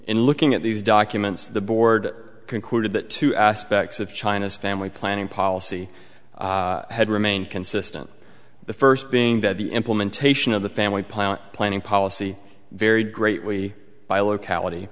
and looking at these documents the board concluded that two aspects of china's family planning policy had remained consistent the first being that the implementation of the family planning policy varied greatly by locality